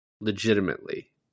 legitimately